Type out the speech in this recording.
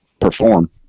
perform